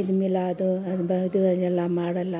ಈದ್ ಮಿಲಾದು ಅದೆಲ್ಲ ಮಾಡಲ್ಲ